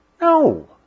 No